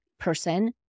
person